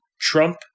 Trump